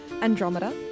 Andromeda